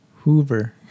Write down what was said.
Hoover